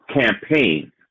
campaign